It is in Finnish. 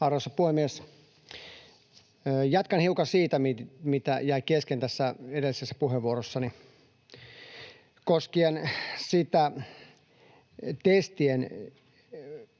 Arvoisa puhemies! Jatkan hiukan siitä, mitä jäi kesken edellisessä puheenvuorossani koskien testien